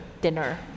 dinner